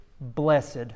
blessed